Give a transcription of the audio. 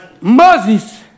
Moses